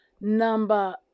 Number